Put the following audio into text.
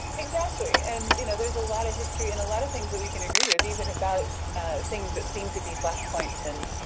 exactly, and you know there's a lot of history and a lot of things that we can agree with, even about things that seem to be flash points and